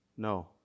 No